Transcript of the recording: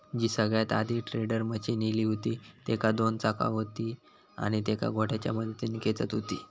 जी सगळ्यात आधी tedder machine इली हुती तेका दोन चाका हुती आणि तेका घोड्याच्या मदतीन खेचत हुते